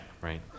right